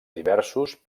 diversos